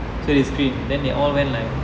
so they screened then they all went like